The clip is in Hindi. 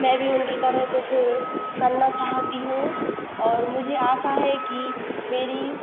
मैं भी उनकी तरह कुछ करना चाहती हूँ और मुझे आशा है कि मेरी